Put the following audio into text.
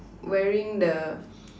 wearing the